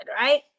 Right